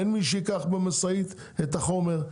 אין מי שייקח במשאית את החומר.